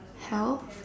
health